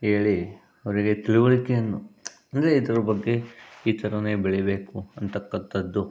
ಏಳಿ ಅವರಿಗೆ ತಿಳುವಳಿಕೆಯನ್ನು ಅಂದರೆ ಇದ್ರ ಬಗ್ಗೆ ಈ ಥರನೇ ಬೆಳಿಬೇಕು ಅನ್ನತಕ್ಕಂಥದ್ದು